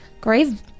grave